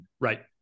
Right